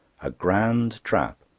a grand trap,